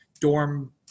Dorm